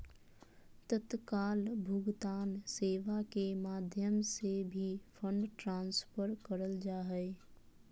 तत्काल भुगतान सेवा के माध्यम से भी फंड ट्रांसफर करल जा हय